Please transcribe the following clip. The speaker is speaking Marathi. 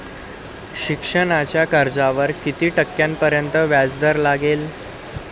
शिक्षणाच्या कर्जावर किती टक्क्यांपर्यंत व्याजदर लागेल?